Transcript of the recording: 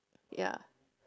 ya